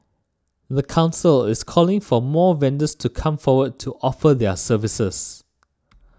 the council is calling for more vendors to come forward to offer their services